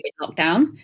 lockdown